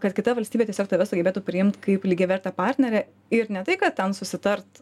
kad kita valstybė tiesiog tave sugebėtų priimt kaip lygiavertę partnerę ir ne tai kad ten susitart